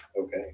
okay